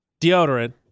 deodorant